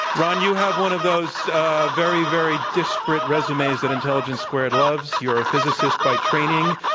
ron, you have one of those very, very disparate resumes that intelligence squared loves. you're a physicist by training.